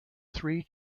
three